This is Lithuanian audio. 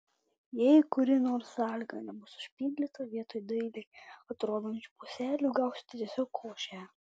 jei kuri nors sąlyga nebus išpildyta vietoj dailiai atrodančių puselių gausite tiesiog košę